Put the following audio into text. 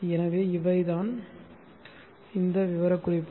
எனவே இவைதான் இந்த விவரக்குறிப்புகள்